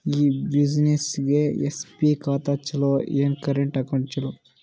ಈ ಬ್ಯುಸಿನೆಸ್ಗೆ ಎಸ್.ಬಿ ಖಾತ ಚಲೋ ಏನು, ಕರೆಂಟ್ ಅಕೌಂಟ್ ಚಲೋ?